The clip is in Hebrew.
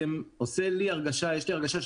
יש לי הרגשה,